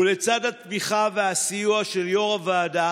ולצד התמיכה והסיוע של יושב-ראש הוועדה